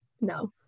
no